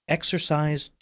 Exercise